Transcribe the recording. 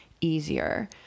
easier